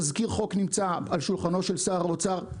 תזכיר חוק נמצא על שולחנו של שר האוצר.